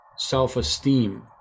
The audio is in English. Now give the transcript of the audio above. self-esteem